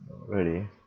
really